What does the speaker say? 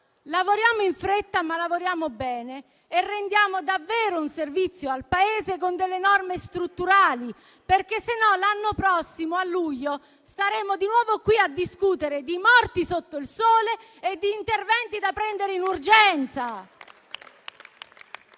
lavorare in fretta, ma di farlo bene e rendere così davvero un servizio al Paese con delle norme strutturali perché altrimenti l'anno prossimo, a luglio, staremo di nuovo qui a discutere di morti sotto il sole e di interventi da prendere con urgenza.